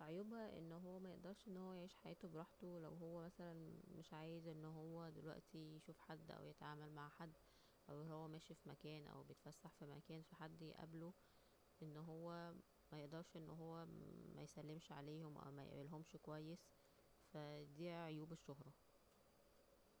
عيوبها أن هو ميقدرش أن هو يعيش حياته براحته لو هو مثلا مش عايز أن هو دلوقتي يشوف حد أو يتعامل مع حد أو وهو ماشي في مكان أو بيتفسح في مكان ف حد يقابله أن هو ميقدرش أن هو ميسلمش وميقابلهمش كويس فا دي عيوب الشهرة